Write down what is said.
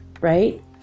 right